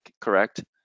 correct